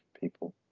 people